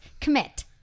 Commit